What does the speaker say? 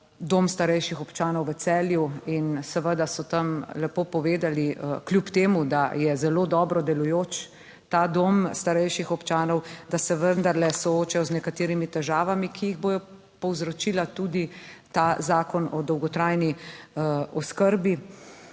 Dom starejših občanov v Celju in seveda so tam lepo povedali, kljub temu, da je zelo dobro delujoč ta dom starejših občanov. da se vendarle soočajo z nekaterimi težavami, ki jih bo povzročila tudi ta zakon o dolgotrajni oskrbi.